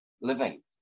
living